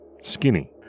Skinny